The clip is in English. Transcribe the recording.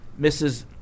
Mrs